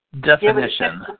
Definition